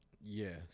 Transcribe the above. Yes